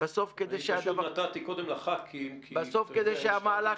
נתתי קודם לח"כים, כי, אתה יודע,